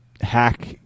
hack